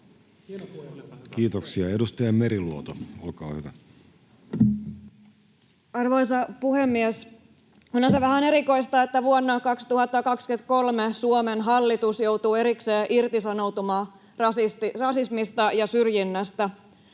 Kiitoksia. — Edustaja Meriluoto, olkaa hyvä. Arvoisa puhemies! Onhan se vähän erikoista, että vuonna 2023 Suomen hallitus joutuu erikseen irtisanoutumaan rasismista ja syrjinnästä.